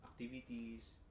activities